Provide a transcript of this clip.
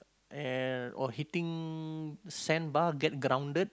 and or hitting sandbar get grounded